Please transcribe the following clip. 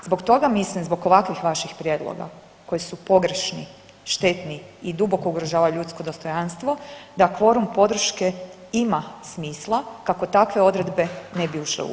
Zbog toga mislim, zbog ovakvih vaših prijedloga koji su pogrešni, štetni i duboko ugrožavaju ljudsko dostojanstvo da kvorum podrške ima smisla kako takve odredbe ne bi ušle u ustav.